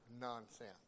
nonsense